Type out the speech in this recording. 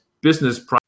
business